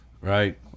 right